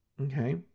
Okay